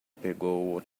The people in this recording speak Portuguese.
pegou